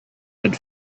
had